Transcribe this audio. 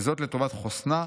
וזאת לטובת חוסנה,